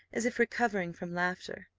as if recovering from laughter,